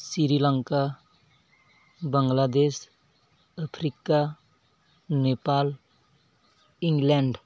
Sri Lanka Bangladesh Africa Nepal England